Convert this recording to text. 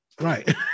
right